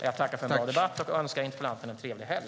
Jag tackar för en bra debatt och önskar interpellanten en trevlig helg.